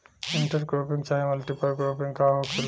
Inter cropping चाहे multiple cropping का होखेला?